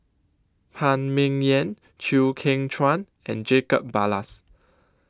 Phan Ming Yen Chew Kheng Chuan and Jacob Ballas